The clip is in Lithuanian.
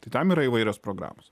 tai tam yra įvairios programos